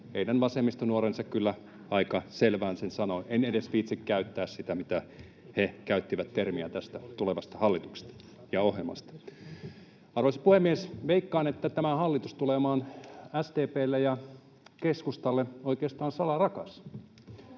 Heidän vasemmistonuorensa kyllä aika selvään sen sanoivat. En edes viitsi käyttää sitä termiä, mitä he käyttivät tästä tulevasta hallituksesta ja ohjelmasta. Arvoisa puhemies! Veikkaan, että tämä hallitus tulee olemaan SDP:lle ja keskustalle oikeastaan salarakas.